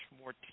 more